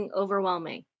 overwhelming